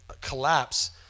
collapse